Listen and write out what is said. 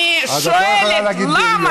אז את לא יכולה להגיד "בריון".